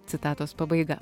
citatos pabaiga